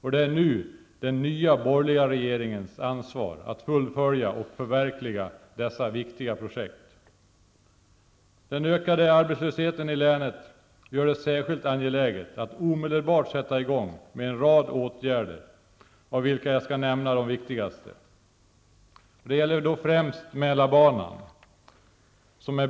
Det är nu den nya borgerliga regeringens ansvar att fullfölja och förverkliga dessa viktiga projekt. Den ökande arbetslösheten i länet gör det särskilt angeläget att omedelbart sätta i gång med en rad åtgärder, av vilka jag skall nämna de viktigaste.